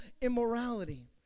immorality